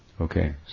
Okay